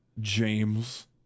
James